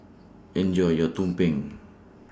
Enjoy your Tumpeng